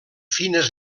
fines